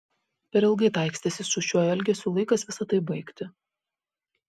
per ilgai taikstėsi su šiuo elgesiu laikas visa tai baigti